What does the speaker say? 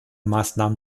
maßnahmen